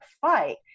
fight